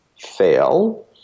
fail